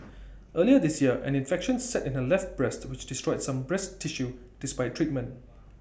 early this year an infection set in her left breast which destroyed some breast tissue despite treatment